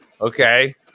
Okay